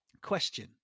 Question